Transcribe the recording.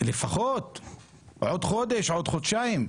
לפחות עוד חודש, חודשיים.